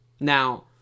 Now